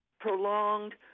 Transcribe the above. prolonged